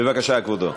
בבקשה, כבודו.